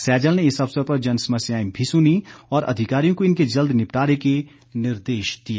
सैजल ने इस अवसर पर जनसमस्याएं भी सुनीं और अधिकारियों को इनके जल्द निपटारे के निर्देश दिए